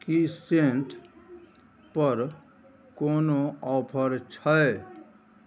कि सेन्टपर कोनो ऑफर छै